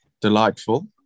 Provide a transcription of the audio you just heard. delightful